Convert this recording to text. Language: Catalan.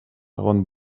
segon